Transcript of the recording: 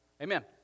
amen